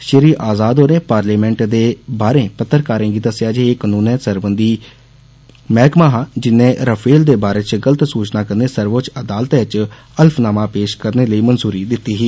श्री आज़ाद होरें पार्लियामेंट दे बाहरें पत्रकारें गी दस्सेआ जे एह् कनूनै सरबंधी मैहमे दा जिन्नै राफेल दे बारै च गल्ल सूचना कन्नै सर्वोच्च अदालतै च हल्फनामा पेष करने लेई मंजूरी दिती ही